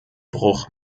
bruch